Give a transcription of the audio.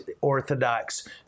orthodox